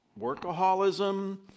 workaholism